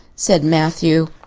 said matthew.